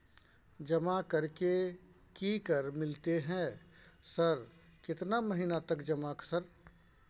जमा कर के की कर मिलते है सर केतना महीना तक जमा सर?